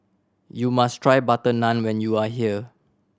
you must try butter naan when you are here